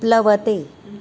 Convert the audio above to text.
प्लवते